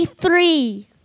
Three